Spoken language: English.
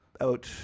out